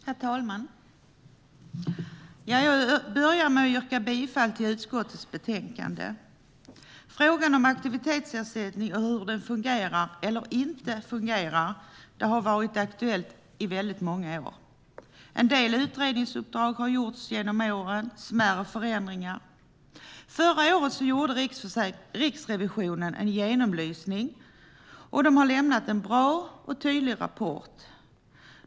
Herr talman! Jag börjar med att yrka bifall till utskottets förslag. Frågan om aktivitetsersättningen och hur den fungerar eller inte fungerar har varit aktuell i väldigt många år. En del utredningsuppdrag och smärre förändringar har gjorts genom åren. Förra året gjorde Riksrevisionen en genomlysning och har lämnat en bra och tydlig rapport.